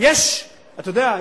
אתה יודע,